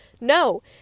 No